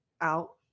out